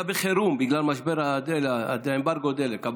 היה בחירום, בגלל האמברגו על הדלק.